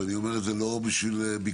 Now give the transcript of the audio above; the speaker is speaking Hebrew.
ואני אומר את זה לא בשביל ביקורת,